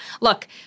Look